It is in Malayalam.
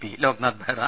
പി ലോക്നാഥ് ബൈഹ്റ